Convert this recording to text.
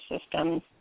systems